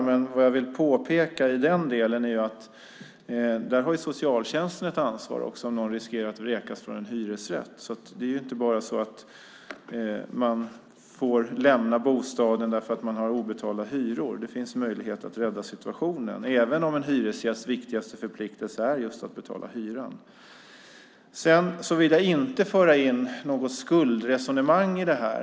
I den delen vill jag påpeka att socialtjänsten har ett ansvar när någon riskerar att vräkas från en hyresrätt, så det är inte bara så att man får lämna bostaden på grund av obetalda hyror. Det finns möjligheter att rädda situationen. Men en hyresgästs viktigaste förpliktelse är just att betala hyran. Jag vill inte föra in något skuldresonemang här.